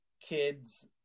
kids